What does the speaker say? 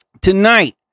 tonight